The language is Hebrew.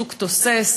שוק תוסס,